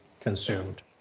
consumed